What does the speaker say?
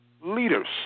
leaders